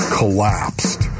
collapsed